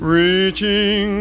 reaching